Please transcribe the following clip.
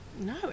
No